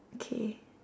okay